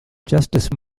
justice